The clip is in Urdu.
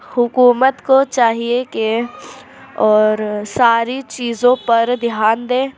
حکومت کو چاہیے کہ اور ساری چیزوں پر دھیان دیں